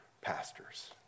pastors